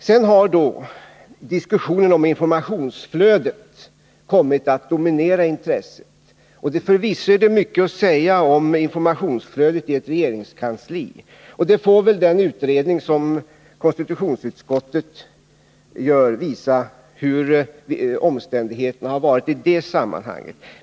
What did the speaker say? Sedan har diskussionen om informationsflödet kommit att dominera intresset, och förvisso är det mycket att säga om informationsflödet i ett regeringskansli. Den utredning som konstitutionsutskottet gör får väl visa hurdana omständigheterna har varit i det sammanhanget.